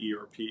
ERP